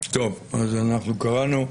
טוב, אז אנחנו קראנו.